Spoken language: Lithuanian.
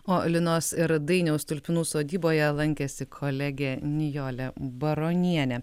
o linos ir dainiaus stulpinų sodyboje lankėsi kolegė nijolė baronienė